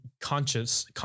conscious